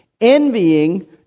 envying